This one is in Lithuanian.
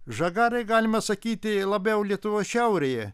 žagarai galima sakyti labiau lietuvos šiaurėje